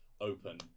open